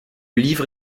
livre